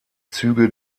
züge